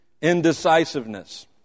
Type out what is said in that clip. Indecisiveness